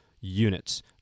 units